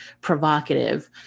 provocative